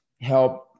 help